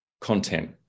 content